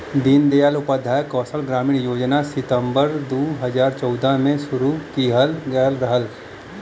दीन दयाल उपाध्याय कौशल ग्रामीण योजना सितम्बर दू हजार चौदह में शुरू किहल गयल रहल